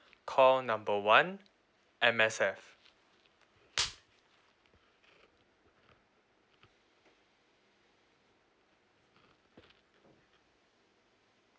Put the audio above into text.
call number one M_S_F